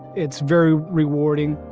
it's very rewarding,